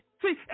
See